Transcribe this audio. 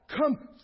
come